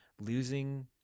losing